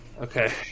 Okay